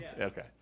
okay